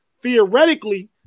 theoretically